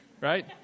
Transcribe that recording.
right